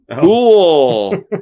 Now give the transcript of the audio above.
Cool